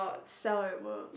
sell at work